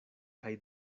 kaj